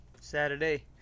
Saturday